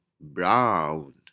Brown